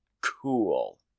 cool